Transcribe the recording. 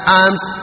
arms